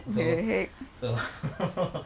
so so